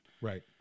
Right